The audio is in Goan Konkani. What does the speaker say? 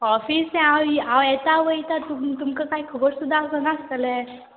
ऑफीस तें हांव हांव येता वयता तुम तुमकां कांय खबर सुद्दां आसना आसतलें